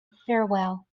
farewell